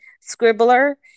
Scribbler